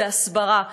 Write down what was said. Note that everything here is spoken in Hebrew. הסברה,